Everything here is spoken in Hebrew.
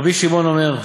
רבי שמעון אומר,